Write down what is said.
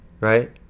Right